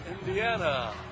Indiana